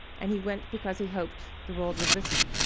and he went because he hoped the world would listen.